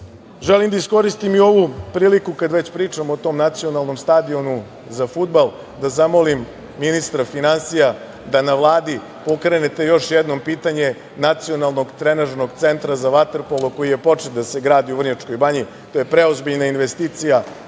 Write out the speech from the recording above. lakše. Želim da iskoristim i ovu priliku kad već pričam o tom nacionalnom stadionu za fudbal, da zamolim ministra finansija da na Vladi pokrenete još jednom pitanje nacionalnog trenažnog centra za vaterpolo, koji je počeo da se gradi u Vrnjačkoj banji. To je preozbiljna investicija,